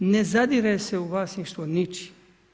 Ne zadire se u vlasništvo ničije.